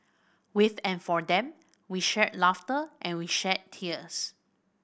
with and for them we shared laughter and we shed tears